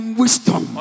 wisdom